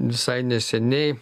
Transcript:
visai neseniai